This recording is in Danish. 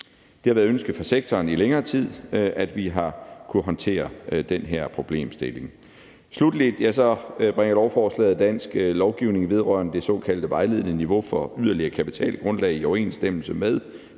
Det har været et ønske fra sektoren i længere tid, at vi har kunnet håndtere den her problemstilling. Sluttelig bringer lovforslaget dansk lovgivning vedrørende det såkaldte vejledende niveau for yderligere kapitalgrundlag i overensstemmelse med